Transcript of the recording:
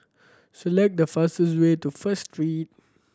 select the fastest way to First Street